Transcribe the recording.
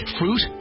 fruit